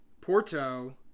Porto